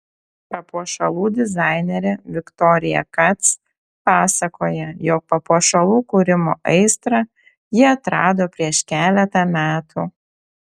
papuošalų dizainerė viktorija kac pasakoja jog papuošalų kūrimo aistrą ji atrado prieš keletą metų